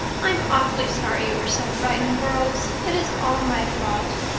i'm awfully sorry you were so frightened, girls. it is all my fault.